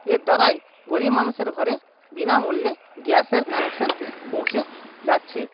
এর দ্বারাই গরিব মানুষের ঘরে বিনামূল্যে গ্যাসের কানেকশান পৌঁছে যাচ্ছে